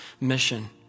mission